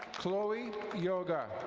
chloe yoga.